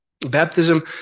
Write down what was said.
Baptism